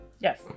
Yes